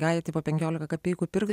galite po penkiolika kapeikų pirkti